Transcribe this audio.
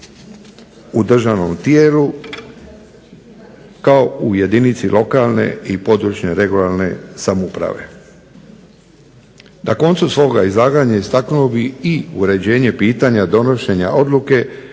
u državnom tijelu kao u jedinici lokalne i područne regionalne samouprave. Na koncu svog izlaganja istaknuo bi i uređenje pitanja donošenja odluke